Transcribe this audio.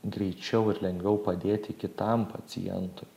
greičiau ir lengviau padėti kitam pacientui